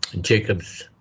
Jacobs